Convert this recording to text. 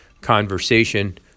conversation